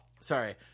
sorry